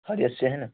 خر اس سے ہیں نا